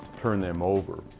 turn them over.